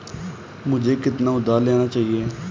मुझे कितना उधार लेना चाहिए?